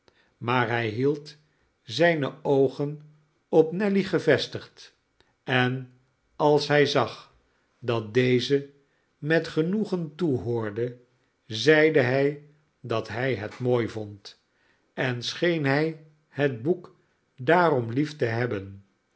maar hij hield zijne oogen op nelly gevestigd en als hij zag dat deze met genoegen toehoorde zeide hij dat hij het mooi vond en scheen hij het boek daarom lief'te hebben